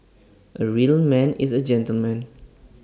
A real man is A gentleman